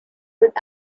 with